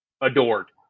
adored